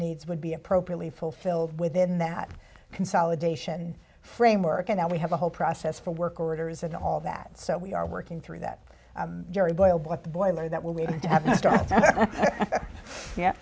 needs would be appropriately fulfilled within that consolidation framework and that we have a whole process for work orders and all that so we are working through that gerry boyle what the boiler that will be